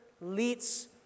leads